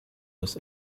his